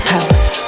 House